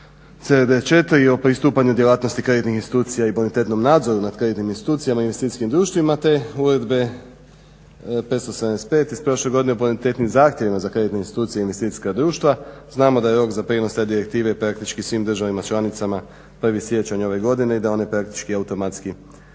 CD 4 o pristupanju djelatnosti kreditnih institucija i bonitetnom nadzoru nad kreditnim institucijama i investicijskim društvima te uredbe 575 iz prošle godine o bonitetnim zahtjevima za kreditne institucije i investicijska društva. Znamo da je rok za prijenos te direktive praktički svim državama članicama 1.siječanj ove godine i da oni praktički automatski ulaze